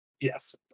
Yes